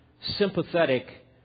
sympathetic